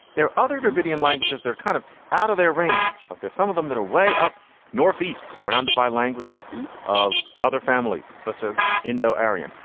there are other dravidian languages are kind of out of their range like that, some of them that are way up northeast surrounded by languages of other families such as indo arean.